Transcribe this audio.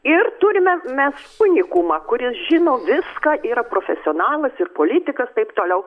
ir turime mes unikumą kuris žino viską yra profesionalas ir politikas taip toliau